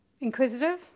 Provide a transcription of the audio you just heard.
inquisitive